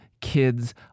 kids